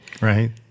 right